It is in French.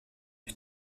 les